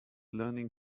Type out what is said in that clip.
learning